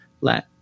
let